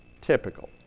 typical